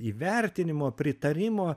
įvertinimo pritarimo